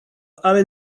are